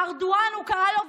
"ארדואן" הוא קרא לו,